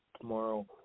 Tomorrow